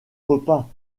repas